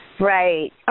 Right